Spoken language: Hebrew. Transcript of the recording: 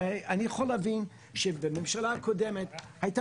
הרי אני יכול להבין שבממשלה הקודמת הייתה